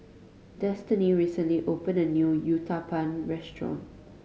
Destiney recently opened a new Uthapam Restaurant